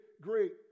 great